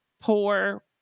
poor